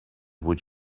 would